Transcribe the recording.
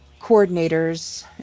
coordinators